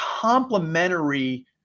complementary